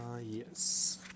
yes